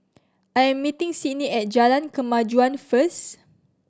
I am meeting Sydni at Jalan Kemajuan first